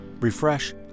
refresh